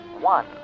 one